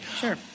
Sure